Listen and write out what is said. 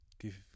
give